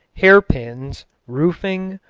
hairpins, roofing,